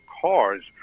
cars